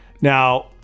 Now